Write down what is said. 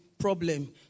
problem